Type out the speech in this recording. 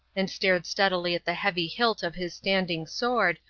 and stared steadily at the heavy hilt of his standing sword,